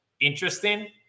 interesting